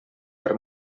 per